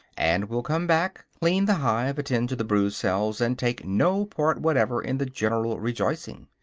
and will come back, clean the hive, attend to the brood-cells, and take no part whatever in the general rejoicing.